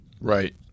Right